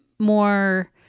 more